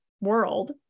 world